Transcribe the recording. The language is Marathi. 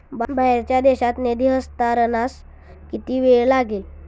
बाहेरच्या देशात निधी हस्तांतरणास किती वेळ लागेल?